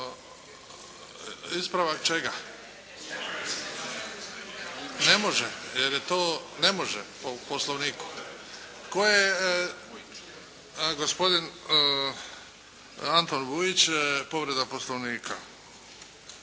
se ne čuje./… Ne može jer je to, ne može po Poslovniku. Tko je, gospodin Antun Vujić povreda Poslovnika.